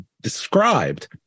described